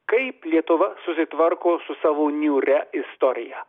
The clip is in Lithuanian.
kaip lietuva susitvarko su savo niūria istorija